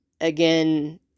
again